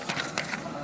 אין צורך.